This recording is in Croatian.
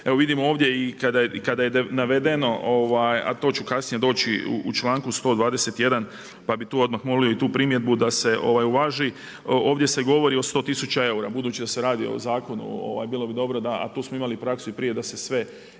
Evo vidimo ovdje kada je navedeno, a to ću kasnije doći, u članku 121. pa bih tu odmah molio i tu primjedbu da se uvaži, ovdje se govori o 100 tisuća eura. Budući da se radi o zakonu, bilo bi dobro, a to smo imali praksu i prije da se sve iznosi